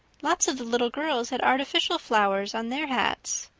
lots of the little girls had artificial flowers on their hats.